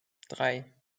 drei